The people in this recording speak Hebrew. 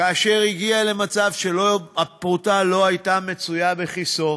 כאשר הוא הגיע למצב שהפרוטה לא הייתה מצויה בכיסו,